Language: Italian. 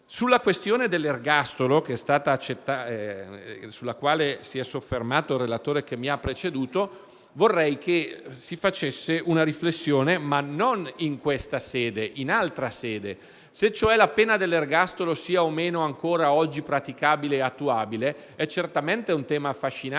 Sulla questione dell'ergastolo, sulla quale si è soffermato il collega che mi ha preceduto, vorrei che si facesse una riflessione non in questa ma in altra sede. Se la pena dell'ergastolo sia o meno ancora oggi praticabile e attuabile è certamente un tema affascinante